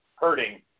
Hurting